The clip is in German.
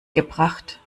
gebracht